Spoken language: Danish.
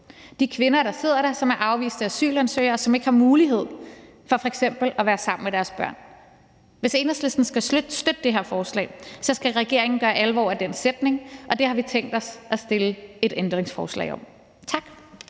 de kvinder, der sidder der, som er afviste asylansøgere, og som ikke har mulighed for f.eks. at være sammen med deres børn. Hvis Enhedslisten skal støtte det her forslag, skal regeringen gøre alvor af den sætning, og det har vi tænkt os at stille et ændringsforslag om. Tak.